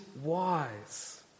wise